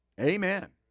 Amen